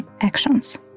actions